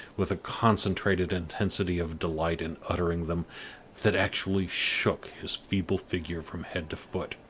with a concentrated intensity of delight in uttering them that actually shook his feeble figure from head to foot.